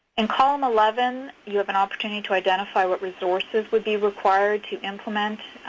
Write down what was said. in column eleven, you have an opportunity to identify what resources would be required to implement